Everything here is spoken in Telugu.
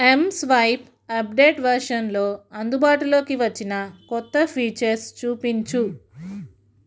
ఎంస్వైప్ అప్డేట్ వెర్షన్లో అందుబాటులోకి వచ్చిన కొత్త ఫీచర్స్ చూపించు